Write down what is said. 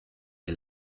est